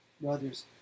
Brothers